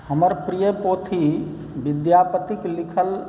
हमर प्रिय पोथी विद्यापतिक लिखल